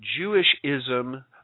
Jewishism